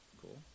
Cool